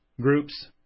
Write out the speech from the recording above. groups